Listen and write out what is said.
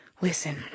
Listen